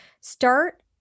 start